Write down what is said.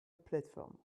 platform